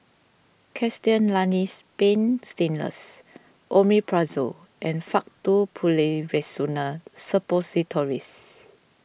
Castellani's Paint Stainless Omeprazole and Faktu Policresulen Suppositories